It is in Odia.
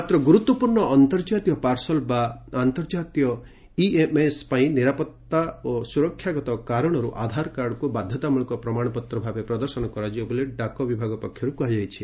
ମାତ୍ର ଗୁରୁତ୍ୱପୂର୍ଣ୍ଣ ଅନ୍ତର୍ଜାତୀୟ ପାର୍ସଲ୍ ବା ଅନ୍ତର୍ଜାତୀୟ ଇଏମ୍ଏସ୍ ପାଇଁ ନିରାପତ୍ତା ଓ ସୁରକ୍ଷାଗତ କାରଣରୁ ଆଧାର କାର୍ଡକୁ ବାଧ୍ୟତାମୂଳକ ପ୍ରମାଣପତ୍ର ଭାବେ ପ୍ରଦର୍ଶନ କରାଯିବ ବୋଲି ଡାକ ବିଭାଗ ପକ୍ଷରୁ କୁହାଯାଇଛି